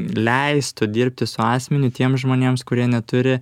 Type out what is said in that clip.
leistų dirbti su asmeniu tiems žmonėms kurie neturi